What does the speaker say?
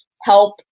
help